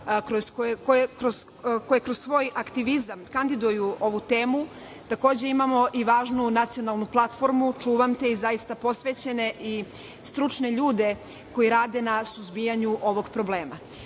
koje kroz svoj aktivizam, kandiduju ovu temu. Takođe, imamo i važnu nacionalnu platformu – „čuvam te“ i zaista posvećene, stručne ljude koji rade na suzbijanju ovog problema.Međutim,